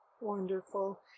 Wonderful